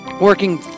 working